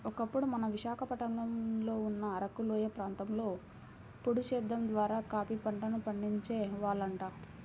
ఒకప్పుడు మన విశాఖపట్నంలో ఉన్న అరకులోయ ప్రాంతంలో పోడు సేద్దెం ద్వారా కాపీ పంటను పండించే వాళ్లంట